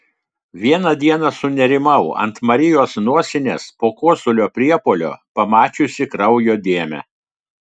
vieną dieną sunerimau ant marijos nosinės po kosulio priepuolio pamačiusi kraujo dėmę